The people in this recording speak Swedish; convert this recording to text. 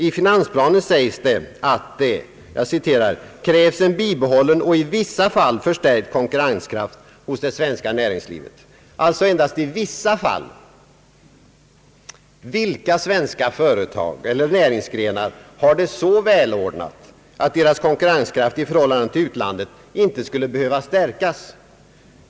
I finansplanen sägs att det »krävs en bibehållen och i vissa fall förstärkt konkurrenskraft hos det svenska näringslivet». Alltså endast i » vissa fall». Vilka svenska företag eller näringsgrenar har det så välordnat att deras konkurrenskraft i förhållande till utlandet inte skulle behöva stärkas?